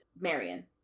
Marion